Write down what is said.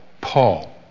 Paul